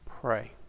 pray